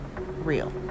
real